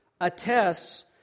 attests